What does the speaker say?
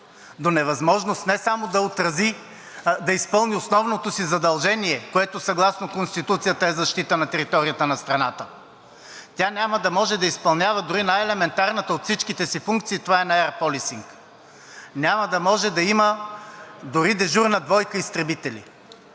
до невъзможност не само да изпълни основното си задължение, което съгласно Конституцията е защита на територията на страната, тя няма да може да изпълнява дори най-елементарната от всичките си функции това на Air Policing. Няма да може да има дори дежурна двойка изтребители.